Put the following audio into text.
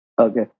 okay